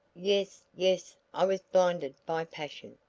yes, yes i was blinded by passion,